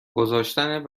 گذاشتن